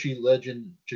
legend